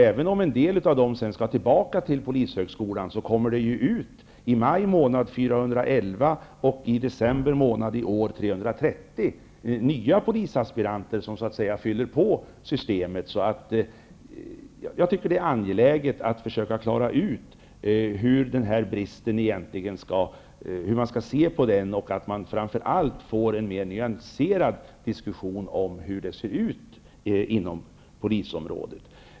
Även om en del av dem sedan skall tillbaka till Polishögskolan, kommer det i maj ut 411 och i december 330 nya polisaspiranter som fyller på systemet. Jag tycker att det är angeläget att man försöker klargöra hur man egentligen skall se på denna brist och framför allt att man får en mer nyanserad diskussion om hur det ser ut på polisområdet.